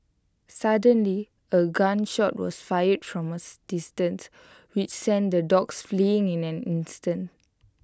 suddenly A gun shot was fired from A distance which sent the dogs fleeing in an instant